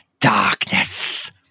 darkness